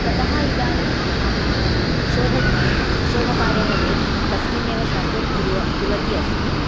ततः इदानीम् अह शोध शोधकार्यमपि तस्मिन् एव शास्त्रे कुर्व कुर्वती अस्मि